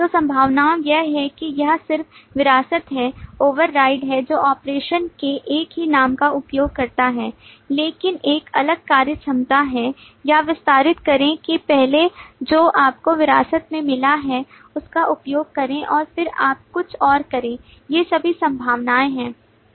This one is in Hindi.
तो संभावनाएं यह हैं कि यह सिर्फ विरासत है ओवरराइड है जो ऑपरेशन के एक ही नाम का उपयोग करता है लेकिन एक अलग कार्यक्षमता है या विस्तारित करें कि पहले जो आपको विरासत में मिला है उसका उपयोग करें और फिर आप कुछ और करें ये सभी संभावनाएं हैं